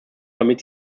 damit